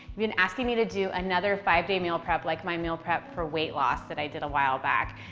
you've been asking me to do another five-day meal prep, like my meal prep for weight loss that i did a while back.